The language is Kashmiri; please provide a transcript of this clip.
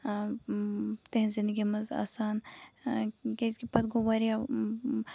تِہنز زندگی منٛز آسان کیازِ کہِ پَتہٕ گوٚو واریاہ